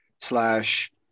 slash